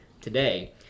today